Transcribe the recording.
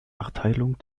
erteilung